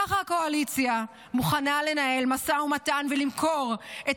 ככה הקואליציה מוכנה לנהל משא ומתן ולמכור את